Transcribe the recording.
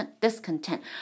discontent